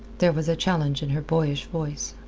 there was a challenge in her boyish voice.